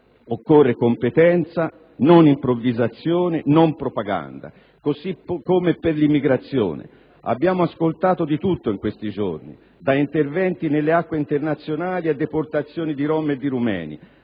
occorre competenza, non improvvisazione, non propaganda. Così come per l'immigrazione. In proposito, abbiamo ascoltato di tutto in questi giorni: da interventi nelle acque internazionali a deportazioni di rom e di rumeni,